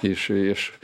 iš iš